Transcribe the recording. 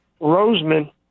Roseman